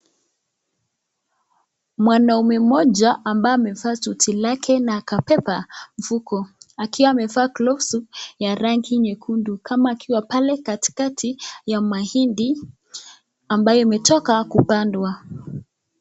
Mwanaume mmoja ambaye amevaa suti lake na akabeba mfuko, akiwa amevaa glosu ya rangi nyekundu kama akiwa pale katikati ya mahindi amabaye imetoka kupandwa.